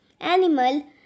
animal